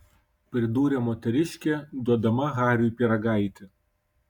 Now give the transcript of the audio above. pridūrė moteriškė duodama hariui pyragaitį